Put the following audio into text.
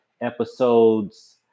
episodes